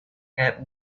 had